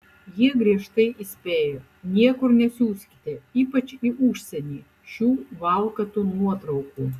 jie griežtai įspėjo niekur nesiųskite ypač į užsienį šių valkatų nuotraukų